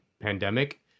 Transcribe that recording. pandemic